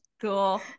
Cool